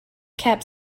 kept